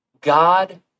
God